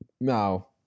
No